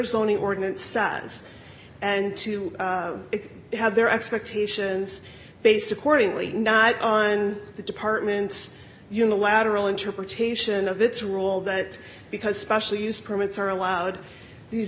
only ordinance size and to have their expectations based accordingly not on the department's unilateral interpretation of its rule that because special use permits are allowed these